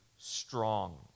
strong